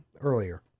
earlier